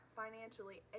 financially